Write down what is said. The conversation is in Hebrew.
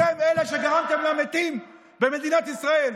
אתם אלה שגרמתם למתים במדינת ישראל.